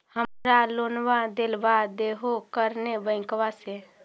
हमरा लोनवा देलवा देहो करने बैंकवा से?